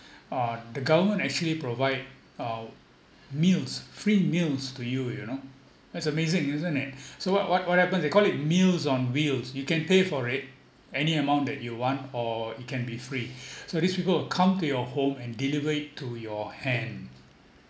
uh the government actually provide uh meals free meals to you you know that's amazing isn't it so what what what happens is they call it meals on wheels you can pay for it any amount that you want or it can be free so these people will come to your home and deliver it to your hand